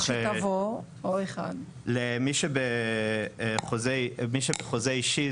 מי שבחוזה אישי,